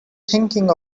thinking